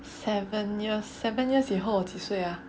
seven year seven years 以后我几岁 ah